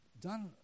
done